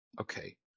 Okay